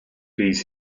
bydd